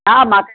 हा मां त